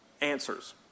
answers